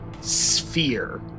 sphere